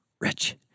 rich